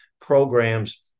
programs